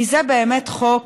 כי זה באמת חוק,